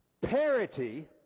Parity